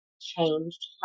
changed